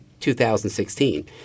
2016